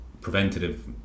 preventative